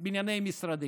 בנייני משרדים.